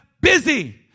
busy